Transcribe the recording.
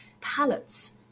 palettes